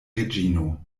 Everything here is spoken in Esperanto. reĝino